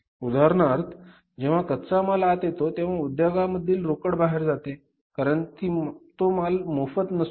उदाहरणार्थ जेव्हा कच्चामाल आत येतो तेव्हा उधोगा मधील रोकड बाहेर जाते कारण तो माल मोफत नसतो